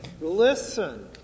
Listen